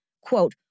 Quote